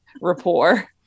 rapport